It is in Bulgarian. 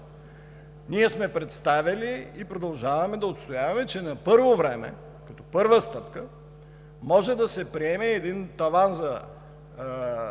разходи. Представили сме и продължаваме да отстояваме, че на първо време и като първа стъпка може да се приеме таван за